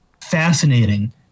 fascinating